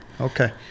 Okay